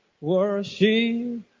worship